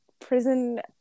prison